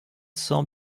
cents